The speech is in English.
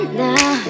now